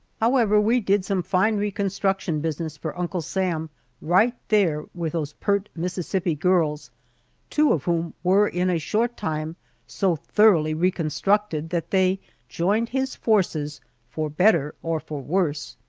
however, we did some fine reconstruction business for uncle sam right there with those pert mississippi girls two of whom were in a short time so thoroughly reconstructed that they joined his forces for better or for worse!